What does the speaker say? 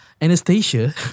Anastasia